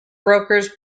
brokers